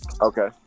Okay